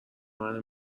منو